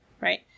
Right